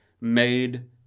made